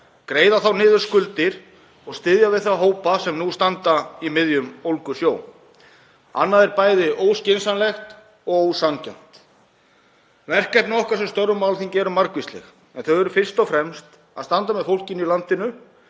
greiða þá niður skuldir og styðja við þá hópa sem nú standa í miðjum ólgusjó. Annað er bæði óskynsamlegt og ósanngjarnt. Verkefni okkar sem störfum á Alþingi eru margvísleg en þau eru fyrst og fremst að standa með fólkinu í landinu.